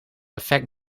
effect